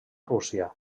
rússia